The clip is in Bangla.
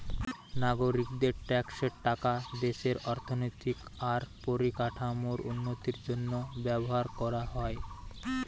নাগরিকদের ট্যাক্সের টাকা দেশের অর্থনৈতিক আর পরিকাঠামোর উন্নতির জন্য ব্যবহার কোরা হয়